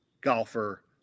golfer